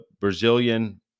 Brazilian